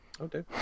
Okay